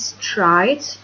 tried